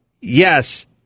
yes